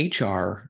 HR